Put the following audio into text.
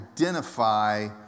identify